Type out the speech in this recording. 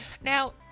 Now